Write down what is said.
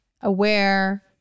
aware